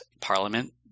Parliament